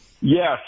Yes